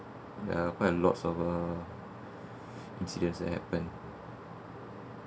ya quite a lot of incidents that happened